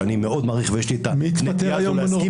שאני מאוד מעריך ויש לי נטייה להסכים איתה --- מי התפטר היום בנורבגי?